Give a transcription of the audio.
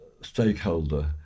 stakeholder